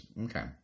Okay